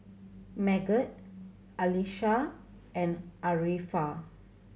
Megat Qalisha and Arifa